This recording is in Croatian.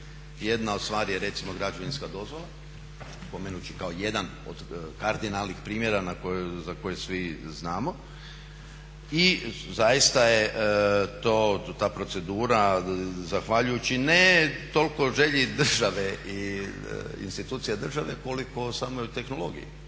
Jedna od stvari je recimo građevinska dozvola, spomenuti ću kao jedan od kardinalnih primjera za koje svi znamo. I zaista je to, ta procedura zahvaljujući ne toliko želji države i institucija države koliko o samoj tehnologiji.